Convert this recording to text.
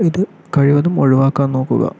ഇത് കഴിവതും ഒഴിവാക്കാൻ നോക്കുക